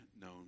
known